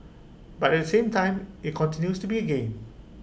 but at the same time IT continues to be A gain